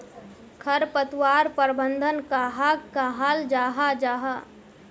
खरपतवार प्रबंधन कहाक कहाल जाहा जाहा?